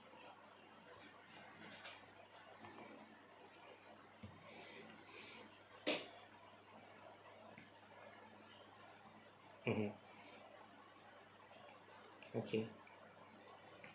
mmhmm okay